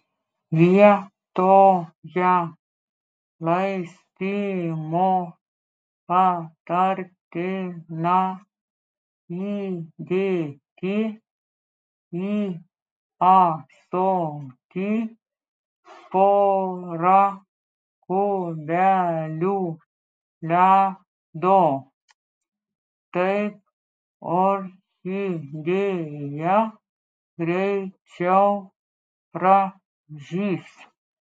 vietoje laistymo patartina įdėti į ąsotį pora kubelių ledo taip orchidėja greičiau pražys